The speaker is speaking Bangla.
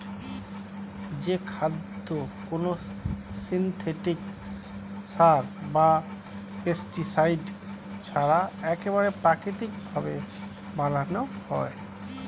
যে খাদ্য কোনো সিনথেটিক সার বা পেস্টিসাইড ছাড়া একবারে প্রাকৃতিক ভাবে বানানো হয়